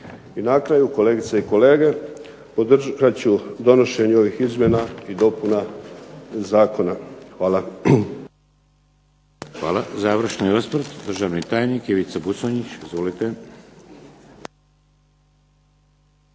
I na kraju, kolegice i kolege, podržat ću donošenje ovih izmjena i dopuna zakona. Hvala. **Šeks, Vladimir (HDZ)** Hvala. Završni osvrt, državni tajnik Ivica Buconjić. Izvolite.